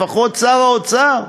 לפחות שר האוצר.